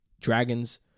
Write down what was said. Dragons